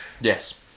Yes